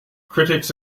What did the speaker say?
critics